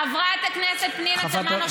חברת הכנסת פנינה תמנו-שטה,